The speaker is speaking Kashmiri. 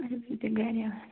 اچھا تُہۍ چھو گرے آسان